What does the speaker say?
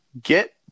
Get